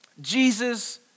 Jesus